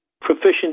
proficient